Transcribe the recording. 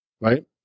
right